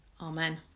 Amen